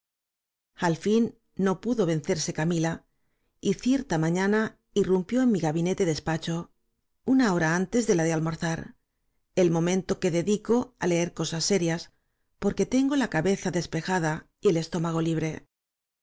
al fin no pudo vencerse ca mila y cierta mañana irrumpió en mi g a binetedesp a cho una hora a ntes de la de a lmorza r el momento que dedico á leer cosa s seria s porque tengo la cabeza despeja da y el estóma go libre